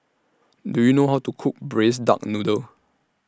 Do YOU know How to Cook Braised Duck Noodle